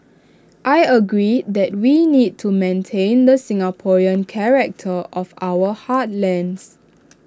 I agreed that we need to maintain the Singaporean character of our heartlands